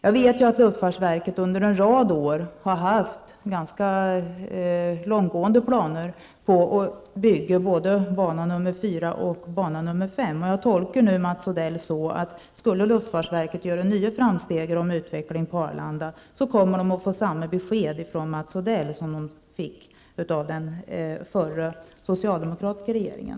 Jag vet att luftfartsverket under en rad år har haft ganska långtgående planer på att bygga både bana nr 4 och bana nr 5, och jag tolkar Mats Odells svar så, att skulle luftfartsverket göra nya framstötar om utveckling på Arlanda kommer man att få samma besked från Mats Odell som man fick av den förra, socialdemokratiska, regeringen.